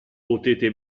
potete